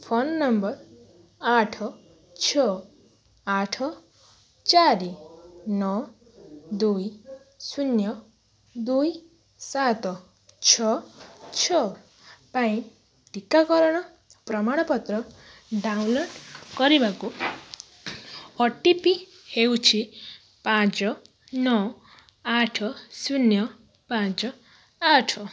phone number ଆଠ ଛଅ ଆଠ ଚାରି ନଅ ଦୁଇ ଶୂନ୍ୟ ଦୁଇ ସାତ ଛଅ ଛଅ ପାଇଁ ଟିକାକରଣ ପ୍ରମାଣପତ୍ର ଡାଉନଲୋଡ଼୍ କରିବାକୁ O T P O T P ହେଉଛି ପାଞ୍ଚ ନଅ ଆଠ ଶୂନ୍ୟ ପାଞ୍ଚ ଆଠ